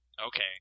Okay